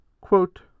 Quote